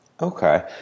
Okay